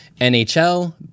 NHL